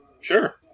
Sure